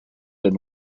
been